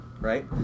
right